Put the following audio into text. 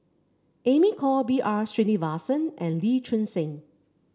Amy Khor B R Sreenivasan and Lee Choon Seng